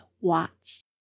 Watts